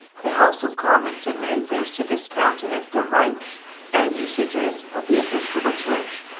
the house of commons did many things to discountenance the rites and usages of the episcopal church,